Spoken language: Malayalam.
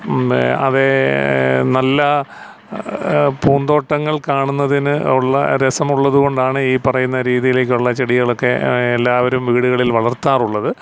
അവയേ നല്ല പൂന്തോട്ടങ്ങൾ കാണുന്നതിന് ഉള്ള രസമുള്ളതുകൊണ്ടാണ് ഈ പറയുന്ന രീതിയിലേക്കുള്ള ചെടികളൊക്കെ എല്ലാവരും വീടുകളിൽ വളർത്താറുള്ളത്